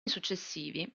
successivi